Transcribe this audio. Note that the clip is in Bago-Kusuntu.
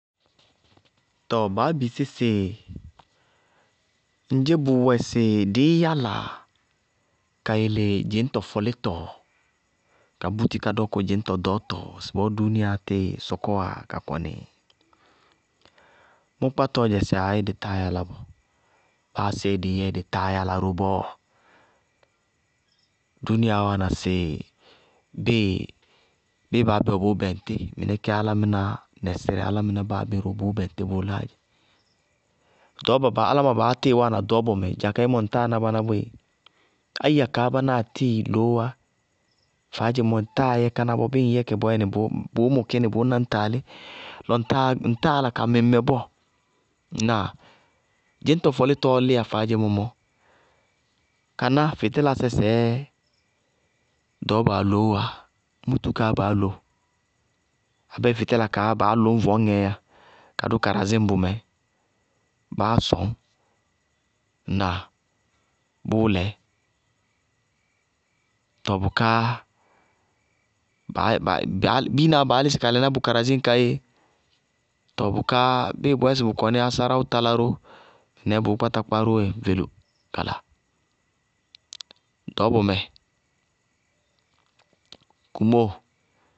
Tɔɔ baá bisí sɩɩ ŋdzé bʋwɛ sɩ dɩɩ yála ka yele dzɩñtɔ fɔlɩtɔ ka búti ka dɔkʋ dzɩñtɔ ɖɔɔtɔ ŋsɩbɔɔ dúúniaá tɩɩ sɔkɔwá ka kɔnɩɩ? Mʋ kpátɔɔ dzɛ sɩ aayɩ, dɩ táa yála bɔɔ. Báa séé dɩyɛɛ, dɩ táa yála ró bɔɔ. Dúúniaá wáana sɩ bɩɩ báa bé wɛ bʋʋ bɛŋtɩ, mɩnɛ kéé álámɩná nɛsɩrɛ álámɩná báa bé wɛ bʋʋ bɛŋtɩ bʋʋ láá dzɛ. Ɖɔɔba baá, áláma baá tɩɩ wáana ɖɔɔbɔ mɛ, dza kayémɔ mɔ, ŋ táa ná báná boéé, ayiya kaá bánáa tɩɩ loó wá, faádzemɔ ŋtáa yɛ káná bɔɔ. Bɩɩ ŋ yɛ kɛ bɩɩ loó kɛ bʋʋ mʋkɩ nɩ bʋʋ ná ŋ taalɩ, lɔ ŋtáa ŋtáa yála ka mɩ ŋmɛ bɔɔ. Ŋnáa? Dzɩñtɔ fɔlɩtɔɔ lɩyá faádzemɔ mɔ, káná, fɩtɩlasɛ sɛɛ ɖɔɔbaa loówá, mʋtʋkaá baá loó, abéé fɩtɩla kaá baá lʋñ vɔñŋɛɛ yá, ka dʋ karazɩm bʋmɛ, báá sɔŋ. Ŋnáa? Bʋʋlɛ. Tɔɔ bʋká baá yɛ ba, biinaá baá lɩsɩ ka lɩná bʋ karazim ká yéé, tɔ bʋká bɩɩ bʋyɛsɩ bʋ kɔnɩ ásáráwʋ talá ró, mɩnɛɛ bʋʋ kpáta kpá róó yɛ velu! Kala. Ɖɔɔbɔmɛ, kumóo.